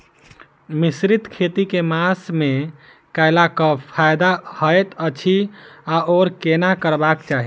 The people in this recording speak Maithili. मिश्रित खेती केँ मास मे कैला सँ फायदा हएत अछि आओर केना करबाक चाहि?